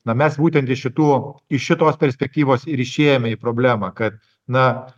na mes būtent iš šitų iš šitos perspektyvos ir išėjome į problemą kad na